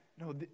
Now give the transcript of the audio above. no